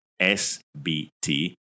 SBT